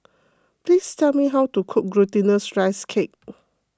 please tell me how to cook Glutinous Rice Cake